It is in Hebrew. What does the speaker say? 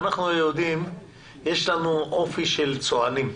היהודים אין אופי של צוענים.